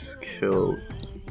kills